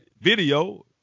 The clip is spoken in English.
video